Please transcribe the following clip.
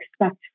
expect